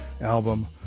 album